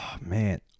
man